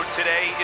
today